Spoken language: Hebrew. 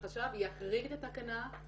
החשב יחריג את התקנה,